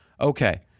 Okay